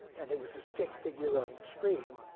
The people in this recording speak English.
and it was a stick figure on the screen.